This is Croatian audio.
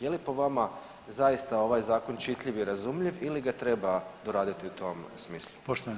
Je li po vama zaista ovaj zakon čitljiv i razumljiv ili ga treba doraditi u tom smislu?